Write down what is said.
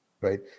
right